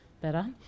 better